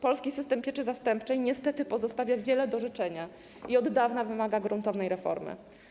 Polski system pieczy zastępczej niestety pozostawia wiele do życzenia i od dawna wymaga gruntownej reformy.